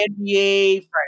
NBA